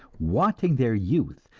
wanting their youth,